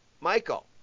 Michael